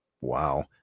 Wow